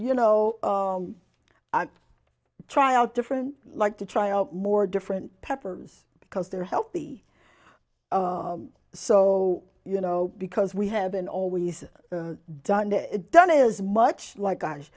you know try out different like to try out more different peppers because they're healthy so you know because we haven't always done it done is much like